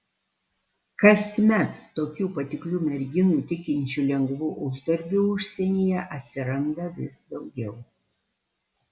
kasmet tokių patiklių merginų tikinčių lengvu uždarbiu užsienyje atsiranda vis daugiau